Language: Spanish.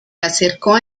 acercó